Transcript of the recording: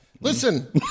Listen